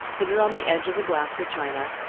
put it on the edge of glass or china,